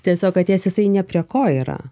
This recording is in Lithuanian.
tiesiog atėjęs jisai ne prie ko yra